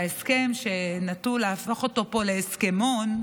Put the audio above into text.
וההסכם, שנטו להפוך אותו פה להסכמון,